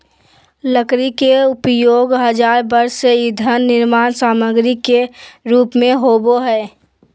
लकड़ी के उपयोग हजार वर्ष से ईंधन निर्माण सामग्री के रूप में होबो हइ